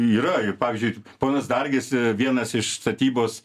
yra ir pavyzdžiui ponas dargis vienas iš statybos